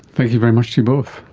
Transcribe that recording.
thank you very much to you both.